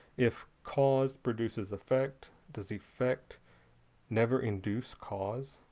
if cause produces effect, does effect never induce cause?